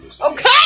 Okay